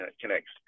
connects